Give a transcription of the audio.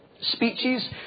Speeches